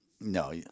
No